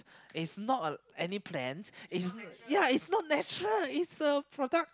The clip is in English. it's not a any plan it's ya it's not natural it's a product~